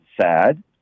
sad